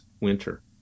winter